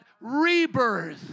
rebirth